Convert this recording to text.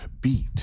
beat